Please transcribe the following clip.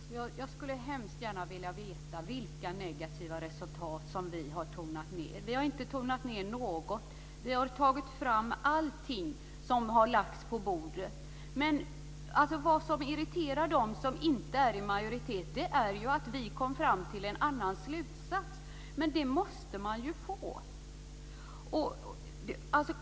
Herr talman! Jag skulle hemskt gärna vilja veta vilka negativa resultat som vi har tonat ned. Vi har inte tonat ned något. Vi har tagit fram allting som har lagts på bordet. Det som irriterar dem som inte är i majoritet är att vi kom fram till en annan slutsats, men det måste vi ju få göra.